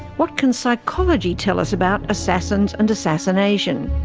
what can psychology tell us about assassins and assassination?